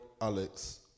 Alex